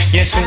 Yes